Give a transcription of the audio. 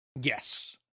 Yes